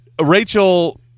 Rachel